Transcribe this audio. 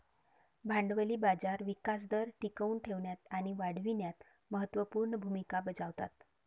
भांडवली बाजार विकास दर टिकवून ठेवण्यात आणि वाढविण्यात महत्त्व पूर्ण भूमिका बजावतात